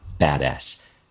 badass